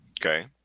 Okay